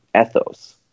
ethos